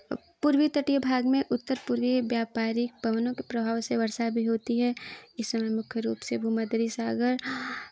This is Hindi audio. पूर्वीय तटीय भाग में उत्तर पूर्वी व्यापारी पवनों के प्रभाव से वर्षा भी होती है इस समय मुख्य रूप से भूमध्य री सागर भूमध्य सागर